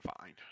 find